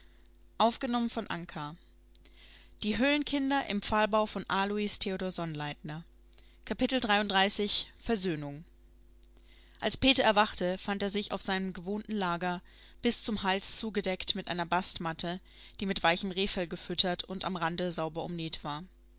erschöpfung versöhnung als peter erwachte fand er sich auf seinem gewohnten lager bis zum hals zugedeckt mit einer bastmatte die mit weichem rehfell gefüttert und am rande sauber umnäht war